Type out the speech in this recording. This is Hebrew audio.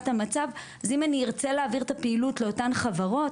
המצב; אם אני ארצה להעביר את הפעילות לאותן חברות,